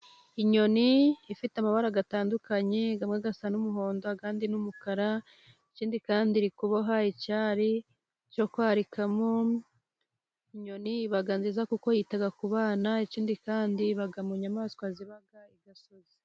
Inyoni ifite amabara atandukanye, amwe asa n'umuhondo, andi n'umukara. Ikindi kandi, iri kuboha icyari cyo kwarikamo. Inyoni iba nziza kuko yita ku bana. Ikindi kandi, iba mu nyamaswa ziba mu gasozi.